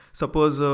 suppose